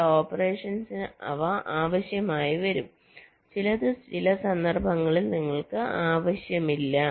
ചില ഓപ്പറേഷൻസ് ആവശ്യമായി വരാം ചിലത് ചില സന്ദർഭങ്ങളിൽ ഞങ്ങൾക്ക് ആവശ്യമില്ല